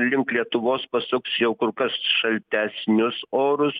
link lietuvos pasuks jau kur kas šaltesnius orus